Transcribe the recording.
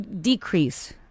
decrease